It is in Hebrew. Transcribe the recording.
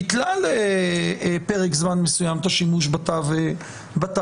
ביטלה לפרק זמן מסוים את השימוש בתו הירוק.